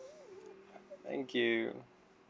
thank you